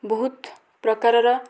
ବହୁତ ପ୍ରକାରର